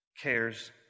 cares